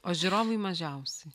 o žiūrovai mažiausiai